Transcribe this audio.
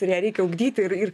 ir ją reikia ugdyti ir ir